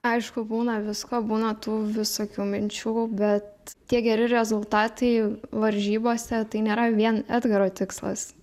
aišku būna visko būna tų visokių minčių bet tie geri rezultatai varžybose tai nėra vien edgaro tikslas